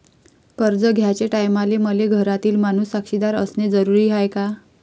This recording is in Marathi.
कर्ज घ्याचे टायमाले मले घरातील माणूस साक्षीदार असणे जरुरी हाय का?